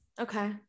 Okay